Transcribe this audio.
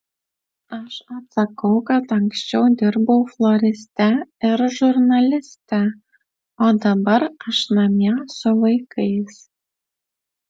aš atsakau kad anksčiau dirbau floriste ir žurnaliste o dabar aš namie su vaikais